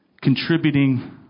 contributing